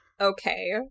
Okay